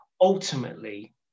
ultimately